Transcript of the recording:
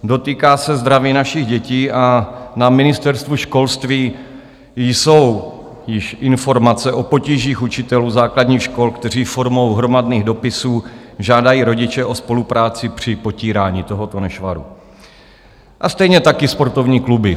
Dotýká se zdraví našich dětí a na Ministerstvu školství jsou již informace o potížích učitelů základních škol, kteří formou hromadných dopisů žádají rodiče o spolupráci při potírání tohoto nešvaru, a stejně tak i sportovní kluby.